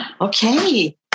Okay